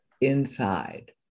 inside